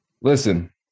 Listen